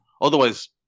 Otherwise